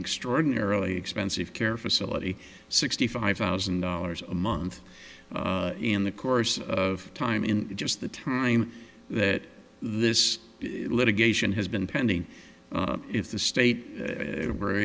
extraordinarily expensive care facility sixty five thousand dollars a month in the course of time in just the time that this litigation has been pending if the state